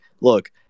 look